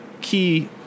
key